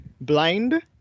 blind